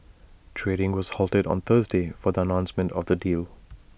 trading was halted on Thursday for the announcement of the deal